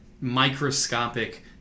microscopic